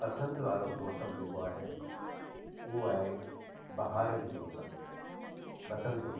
पसंदि वारो मौसमु जेको आहे उहो आहे बाहिरि जी मौसमु बसंत ऋतु